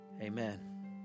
Amen